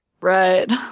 Right